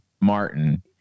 Martin